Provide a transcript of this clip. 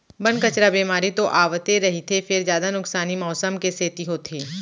बन, कचरा, बेमारी तो आवते रहिथे फेर जादा नुकसानी मउसम के सेती होथे